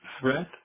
Threat